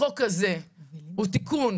החוק הזה הוא תיקון